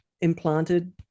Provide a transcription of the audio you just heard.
implanted